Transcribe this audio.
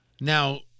Now